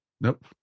nope